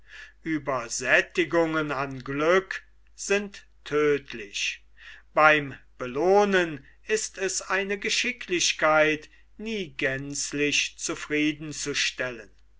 uebersättigungen an glück sind tödtlich beim belohnen ist es eine geschicklichkeit nie gänzlich zufrieden